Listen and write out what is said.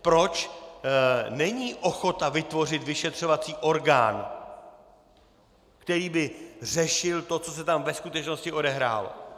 Proč není ochota vytvořit vyšetřovací orgán, který by řešil to, co se tam ve skutečnosti odehrálo?